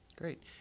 Great